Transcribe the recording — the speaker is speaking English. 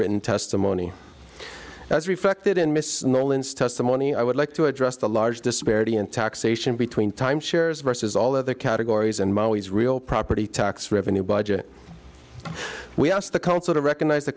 written testimony that's reflected in miss testimony i would like to address the large disparity in taxation between time shares versus all other categories and my always real property tax revenue budget we asked the council to recognize the